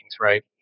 right